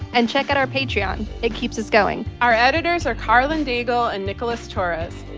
and check out our patreon it keeps us going. our editors are karlyn daigle and nicholas torres.